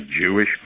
Jewish